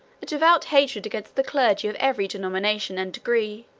a devout hatred against the clergy of every denomination and degree,